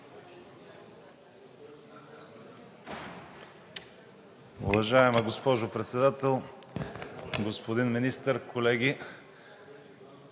Уважаема госпожо Председател, господин Министър, колеги!